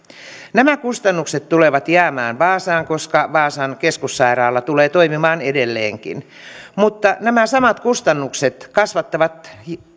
nämä kustannukset tulevat jäämään vaasaan koska vaasan keskussairaala tulee toimimaan edelleenkin mutta nämä samat kustannukset kasvattavat